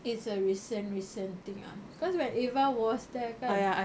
it's a recent recent thing ah because when eva was there kan